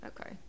okay